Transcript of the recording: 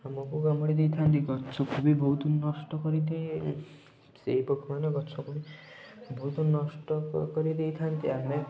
ଆମୁକୁ କାମୁଡ଼ି ଦେଇଥାନ୍ତି ଗଛୁକୁ ବି ବହୁତ ନଷ୍ଟ କରିଦିଏ ସେଇ ପୋକମାନେ ଗଛକୁ ବି ବହୁତ ନଷ୍ଟ କ କରି ଦେଇଥାନ୍ତି ଆମେ